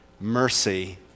Mercy